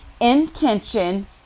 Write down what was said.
intention